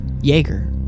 Jaeger